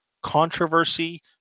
controversy